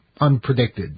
unpredicted